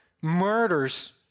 murders